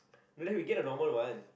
no no we get the normal one